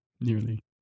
nearly